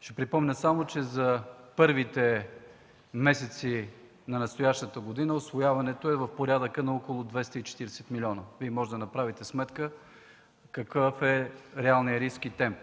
Ще припомня само, че за първите месеци на настоящата година усвояването е в порядъка на около 240 милиона. Вие може да направите сметка какъв е реалният риск и темп.